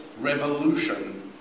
revolution